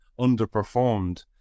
underperformed